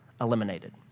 eliminated